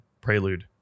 Prelude